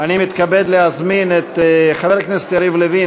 אני מתכבד להזמין את חבר הכנסת יריב לוין,